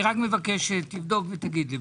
אני מבקש שתבדוק ותגיד לי.